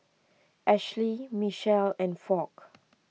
Ashly Micheal and Foch